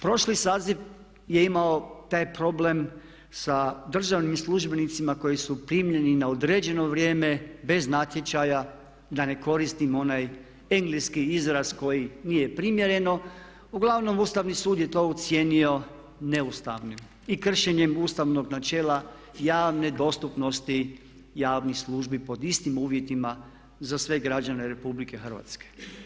Prošli saziv je imao taj problem sa državnim službenicima koji su primljeni na određeno vrijeme bez natječaja da ne koristim onaj engleski izraz koji nije promjereno, uglavnom Ustavni sud je to ocijenio neustavnim i kršenjem ustavnog načela javne dostupnosti javnih službi pod istim uvjetima za sve građane RH.